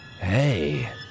Hey